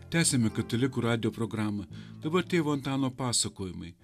tęsiame katalikų radijo programą dabar tėvo antano pasakojimai